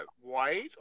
white